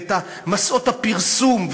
ואת מסעות הפרסום,